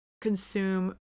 consume